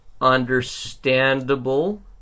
understandable